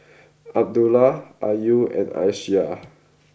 Abdullah Ayu and Aisyah